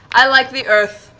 i like the earth.